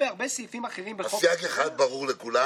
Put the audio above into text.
את חברת הכנסת אורלי פרומן